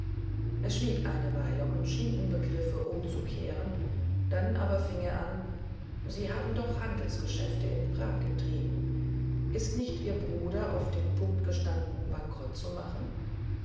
er schwieg eine weile und schien im begriff umzukehren dann aber fing er an sie haben doch handelsgeschäfte in prag getrieben ist nicht ihr herr bruder auf dem punkt gestanden bankerott zu machen